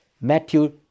Matthew